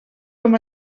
com